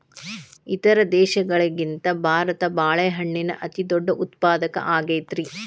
ಇತರ ದೇಶಗಳಿಗಿಂತ ಭಾರತ ಬಾಳೆಹಣ್ಣಿನ ಅತಿದೊಡ್ಡ ಉತ್ಪಾದಕ ಆಗೈತ್ರಿ